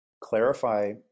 clarify